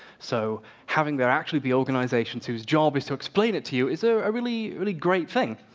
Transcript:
so having there actually be organizations whose job is to explain it to you is a really, really great thing.